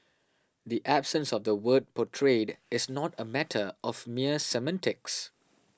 the absence of the word portrayed is not a matter of mere semantics